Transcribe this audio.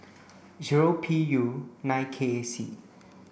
zero P U nine K C